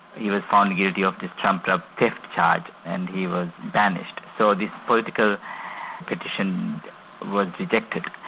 he was found guilty of these trumped up theft charge, and he was banished. so this political petition was rejected.